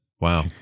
Wow